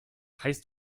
heißt